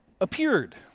appeared